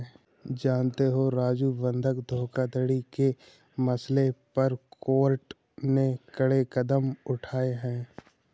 जानते हो राजू बंधक धोखाधड़ी के मसले पर कोर्ट ने कड़े कदम उठाए हैं